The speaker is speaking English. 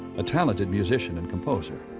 a talented musician and composer.